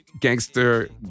gangster